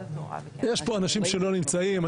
יש פה אנשים שלא נמצאים.